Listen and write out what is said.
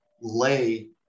lay